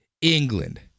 England